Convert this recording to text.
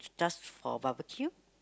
just for barbecue